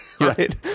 right